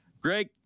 greg